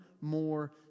more